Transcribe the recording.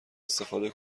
استفاده